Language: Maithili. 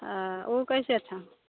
हँ ओ कैसे छो